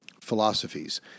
philosophies